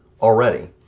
already